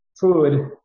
Food